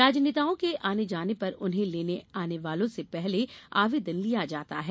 राजनेताओं के आने जाने पर उन्हें लेने आने वालों से पहले आवेदन लिया जाता हैं